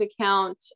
account